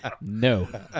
No